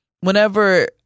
whenever